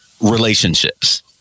relationships